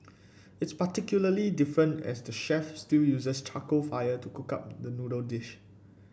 it's particularly different as the chef still uses charcoal fire to cook up the noodle dish